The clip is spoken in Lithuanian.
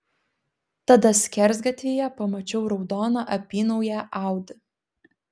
tada skersgatvyje pamačiau raudoną apynauję audi